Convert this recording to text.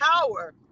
power